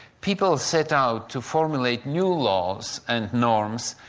people set out to formulate new laws and norms,